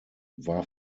war